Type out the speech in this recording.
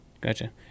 Gotcha